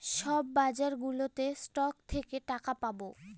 সব বাজারগুলোতে স্টক থেকে টাকা পাবো